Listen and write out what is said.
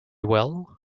well